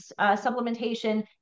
supplementation